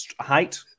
height